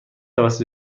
توسط